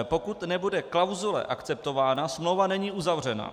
Pokud nebude klauzule akceptována, smlouva není uzavřena.